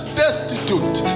destitute